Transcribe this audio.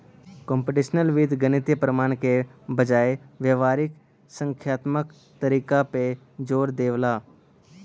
computational वित्त गणितीय प्रमाण के बजाय व्यावहारिक संख्यात्मक तरीका पे जोर देवला